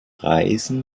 reisen